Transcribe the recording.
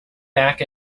back